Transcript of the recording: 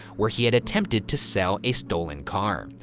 where he had attempted to sell a stolen car.